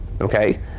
okay